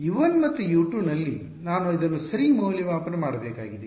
U 1 ಮತ್ತು U 2 ನಲ್ಲಿ ನಾನು ಇದನ್ನು ಸರಿ ಮೌಲ್ಯಮಾಪನ ಮಾಡಬೇಕಾಗಿದೆ